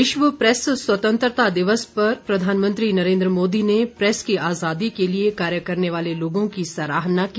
विश्व प्रैस स्वतंत्रता दिवस पर प्रधानमंत्री नरेन्द्र मोदी ने प्रैस की आजादी के लिए कार्य करने वाले लोगों की सराहना की